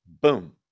boom